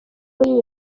muri